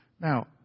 Now